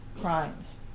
crimes